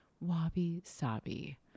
wabi-sabi